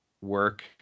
work